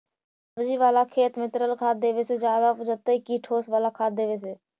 सब्जी बाला खेत में तरल खाद देवे से ज्यादा उपजतै कि ठोस वाला खाद देवे से?